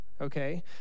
Okay